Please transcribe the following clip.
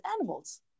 animals